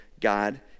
God